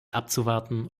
abzuwarten